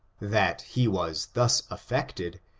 that he was thus afiected,